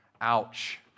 Ouch